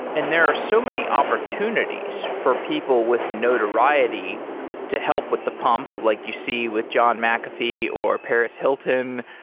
and there are so many opportunities for people with notoriety to help with the pump, like you see with john mcafee or paris hilton.